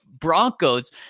Broncos